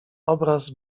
obraz